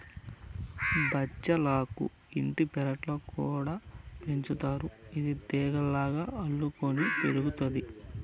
బచ్చలాకు ఇంటి పెరట్లో కూడా పెంచుతారు, ఇది తీగలుగా అల్లుకొని పెరుగుతాది